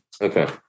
Okay